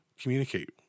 Communicate